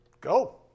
Go